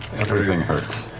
everything hurts.